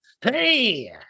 Hey